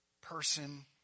person